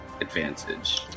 advantage